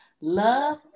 Love